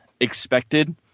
expected